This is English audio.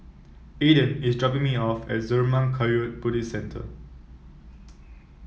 Aaden is dropping me off at Zurmang Kagyud Buddhist Centre